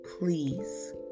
Please